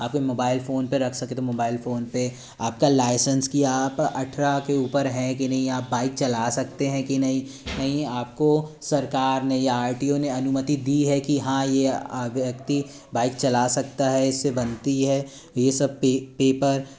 आपके mobile phone पे रख सकें तो मोबैल फ़ोन पे आपका लाइसेंस कि आप अठारह के ऊपर हैं कि नहीं हैं आप बाइक चला सकते हैं कि नहीं नहीं आपको सरकार ने या आर टी ओ ने अनुमति दी है कि हाँ ये व्यक्ति बाइक चला सकता है इससे बनती है ये सब पेपर